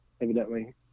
evidently